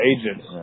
agents